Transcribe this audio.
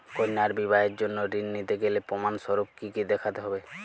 কন্যার বিবাহের জন্য ঋণ নিতে গেলে প্রমাণ স্বরূপ কী কী দেখাতে হবে?